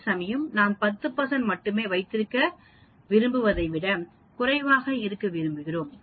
அதேசமயம் நாம் 10 மட்டுமே வைத்திருக்க விரும்புவதை விட குறைவாக இருக்க விரும்புகிறோம்